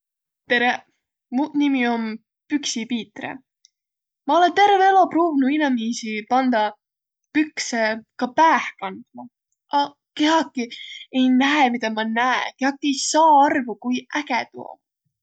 Tereq! Muq nimi om Püksi Piitre. Ma olõ terveq elo pruuvnuq pandaq inemiisi pükse ka pääh kandma, a kiäki ei näeq, midä ma näe ja kiäki ei saaq arvo, ku äge tuu om.